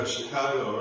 Chicago